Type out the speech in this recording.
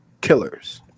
killers